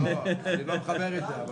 אני לא מחבר את זה.